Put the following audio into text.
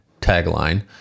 tagline